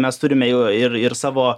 mes turime ir ir ir savo